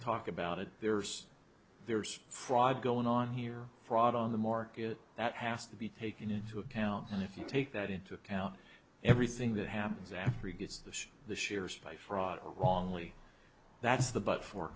talk about it there's there's fraud going on here fraud on the market that has to be taken into account and if you take that into account everything that happens after he gets the shares by fraud or wrongly that's the but for